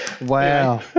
wow